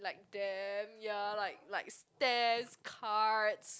like damn ya like like stamps cards